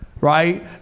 right